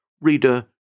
Reader